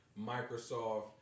Microsoft